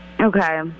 Okay